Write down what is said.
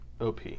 OP